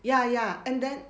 ya ya and then